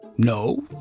No